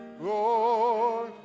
Lord